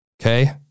Okay